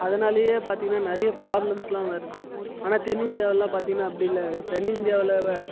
அதனாலேயே பார்த்திங்கன்னா நிறைய ப்ராப்ளம்ஸ்லாம் வருது ஆனால் தென் இந்தியாவிலலாம் பார்த்திங்கன்னா அப்படி இல்லை தென் இந்தியாவில்